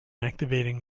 activating